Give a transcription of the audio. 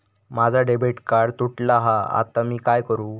माझा debit card तुटला हा आता मी काय करू?